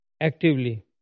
actively